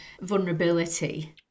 vulnerability